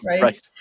right